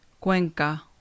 Cuenca